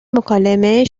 مکالمه